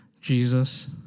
Jesus